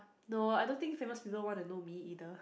no I don't think famous people want to know me either